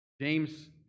James